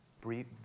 brief